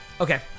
Okay